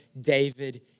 David